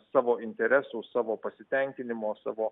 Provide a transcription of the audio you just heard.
savo interesų savo pasitenkinimo savo